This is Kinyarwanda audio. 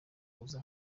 kuza